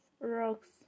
rocks